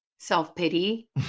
self-pity